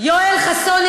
יואל חסון,